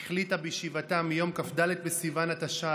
החליטה בישיבתה מיום כ"ד בסיוון התשע"ט,